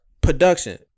production